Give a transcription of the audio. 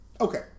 Okay